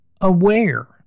aware